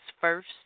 first